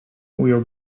ujął